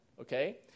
okay